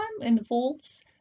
involves